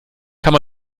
kann